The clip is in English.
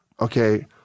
Okay